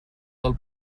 del